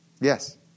Yes